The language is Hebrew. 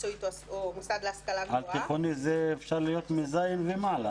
מקצועית או מוסד להשכלה גבוהה --- על תיכוני זה מכיתה ז' ומעלה?